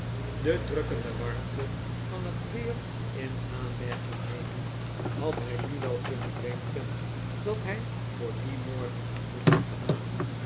de drukkende warmte van het weer in aanmerking nemend had hij nu wel kunnen denken dat hij voor dien morgen genoeg had gedaan